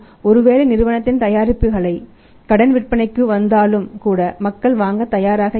ஒருவேளை நிறுவனத்தின் தயாரிப்புகளை கடன் விற்பனைக்கு வந்தாலும் கூட மக்கள் வாங்க தயாராக இல்லை